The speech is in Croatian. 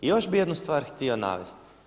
I još bih jednu stvar htio navesti.